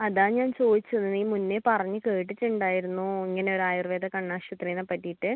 അതാണ് ഞാൻ ചോദിച്ചത് നീ മുന്നേ പറഞ്ഞ് കേട്ടിട്ടുണ്ടായിരുന്നു ഇങ്ങനെ ഒരു ആയുർവ്വേദ കണ്ണാശുപത്രിനെ പറ്റിയിട്ട്